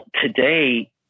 today